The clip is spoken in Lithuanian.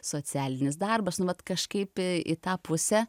socialinis darbas nu vat kažkaip tai į tą pusę